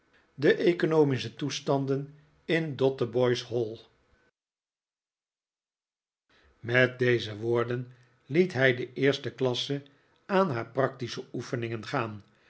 de ketels moeten vol zijn met deze woorden liet hi de eerste klasse aan haar practische oefeniiigen gaan